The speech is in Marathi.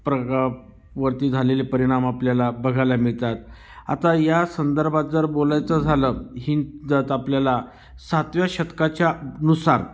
प्रग वरती झालेले परिणाम आपल्याला बघायला मिळतात आता या संदर्भात जर बोलायचं झालं ही जर आपल्याला सातव्या शतकाच्यानुसार